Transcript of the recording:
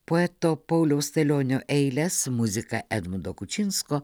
poeto pauliaus stalionio eiles muziką edmundo kučinsko